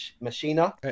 Machina